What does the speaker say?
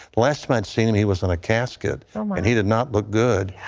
last time i'd seen him he was in a casket and he did not look good.